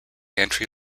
entry